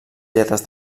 lletres